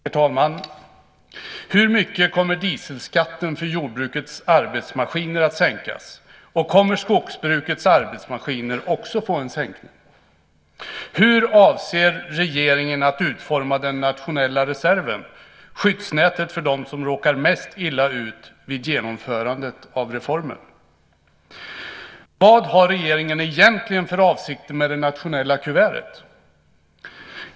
Herr talman! Hur mycket kommer dieselskatten för jordbrukets arbetsmaskiner att sänkas, och kommer skogsbrukets arbetsmaskiner också att få en sänkning? Hur avser regeringen att utforma den nationella reserven, skyddsnätet för dem som råkar mest illa ut vid genomförandet av reformen? Vad har regeringen egentligen för avsikter med det nationella kuvertet?